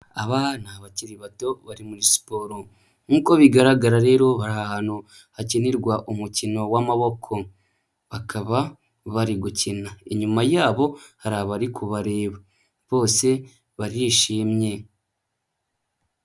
Aba ni abakiri bato bari muri siporo. Nk'uko bigaragara rero bari ahantu hakinirwa umukino w'amaboko, bakaba bari gukina. Inyuma yabo hari abari kubareba. Bose barishimye.